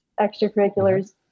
extracurriculars